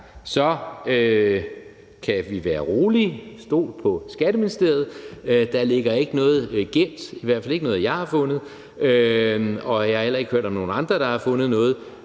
kan vi være rolige. Stol på Skatteministeriet. Der ligger ikke noget gemt – i hvert fald ikke noget, jeg har fundet, og jeg har heller ikke hørt om nogen andre, der har fundet noget.